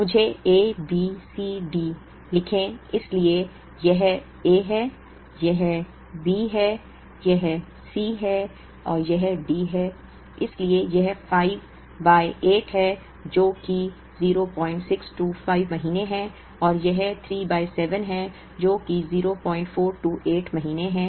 मुझे A B C D लिखें इसलिए यह A है यह B है यह C है और यह D है इसलिए यह 5 बाय 8 है जो कि 0625 महीने है और यह 3 बाय 7 है जो कि 0428 महीने है